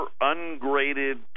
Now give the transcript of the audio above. ungraded